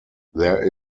there